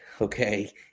Okay